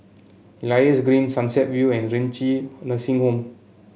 Elias Green Sunset View and Renci Nursing Home